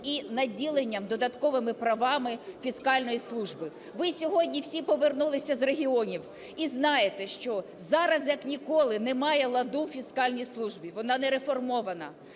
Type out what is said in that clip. і наділенням додатковими правами фіскальної служби. Ви сьогодні всі повернулися з регіонів і знаєте, що зараз як ніколи немає ладу в фіскальній службі, вона не реформована.